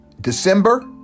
December